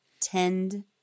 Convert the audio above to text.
tend